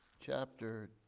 chapter